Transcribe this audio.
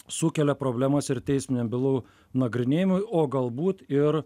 sukelia problemas ir teisminiam bylų nagrinėjimui o galbūt ir